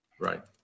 Right